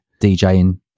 DJing